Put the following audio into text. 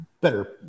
better